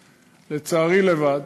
לצערי, לבד,